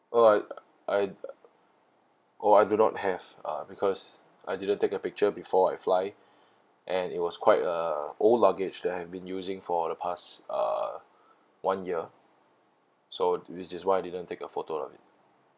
oh I I oh I do not have uh because I didn't take a picture before I fly and it was quite a old luggage that I've been using for the past uh one year so which is why I didn't take a photo of it